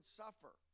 suffer